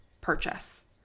purchase